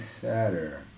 sadder